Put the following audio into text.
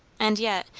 and yet,